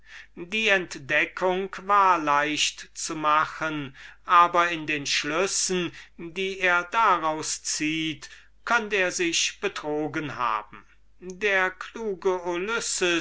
diese entdeckung war leicht zu machen aber in den schlüssen die er daraus zieht könnt er sich betrogen haben der kluge